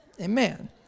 Amen